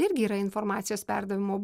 irgi yra informacijos perdavimo